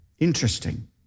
Interesting